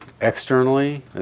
Externally